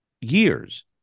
years